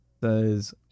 says